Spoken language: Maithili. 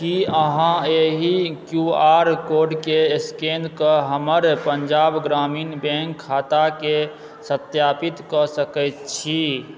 की अहाँ एहि क्यू आर कोड के स्कैन कऽ हमर पञ्जाब ग्रामीण बैङ्क खाताके सत्यापितकऽ सकै छी